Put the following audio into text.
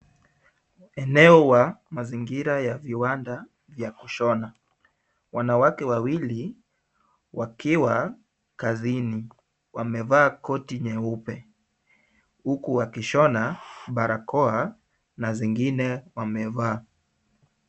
Eneo wa mazingira ya viwanda ya kushona. Wanawake wawili wakiwa kazini. Wamevaa koti nyeupe huku wakishona barakoa na zingine wamevaa.